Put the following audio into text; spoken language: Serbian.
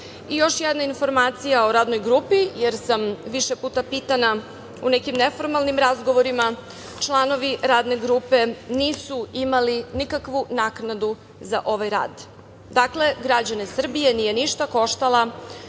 jedna informacija o Radnoj grupi, jer sam više puta pitana u nekim neformalnim razgovorima - članovi Radne grupe nisu imali nikakvu naknadu za ovaj rad. Dakle, građane Srbije nije ništa koštala